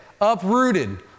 uprooted